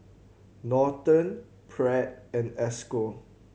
Norton Pratt and Esco